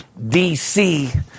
DC